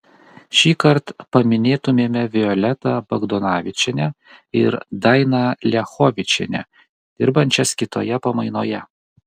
šįkart paminėtumėme violetą bagdonavičienę ir dainą liachovičienę dirbančias kitoje pamainoje